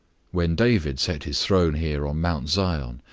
when david set his throne here on mount zion,